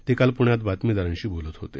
ते काल पुण्यात बातमीदारांशी बोलत होते